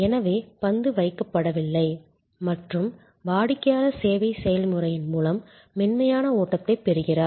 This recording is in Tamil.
எனவே பந்து கைவிடப்படவில்லை மற்றும் வாடிக்கையாளர் சேவை செயல்முறையின் மூலம் மென்மையான ஓட்டத்தைப் பெறுகிறார்